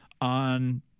on